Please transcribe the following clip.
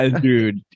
Dude